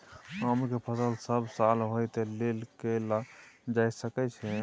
आम के फसल सब साल होय तै लेल की कैल जा सकै छै?